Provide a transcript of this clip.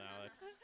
Alex